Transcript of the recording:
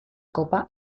copa